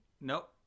Nope